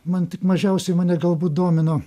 man tik mažiausiai mane galbūt domino